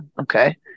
Okay